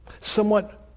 Somewhat